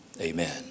Amen